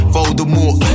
Voldemort